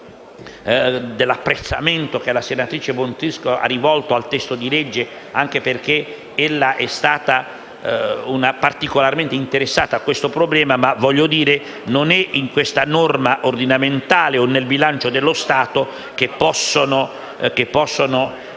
dell'apprezzamento che la senatrice Bonfrisco ha rivolto al testo di legge anche perché ella è stata particolarmente interessata a questo problema, ma non è in questa norma ordinamentale o nel bilancio dello Stato che possono essere